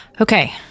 Okay